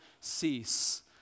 cease